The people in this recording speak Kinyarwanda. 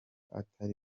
atari